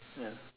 ya